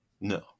No